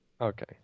okay